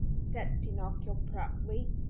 said pinocchio proudly,